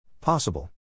Possible